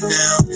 now